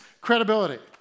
credibility